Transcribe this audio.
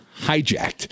hijacked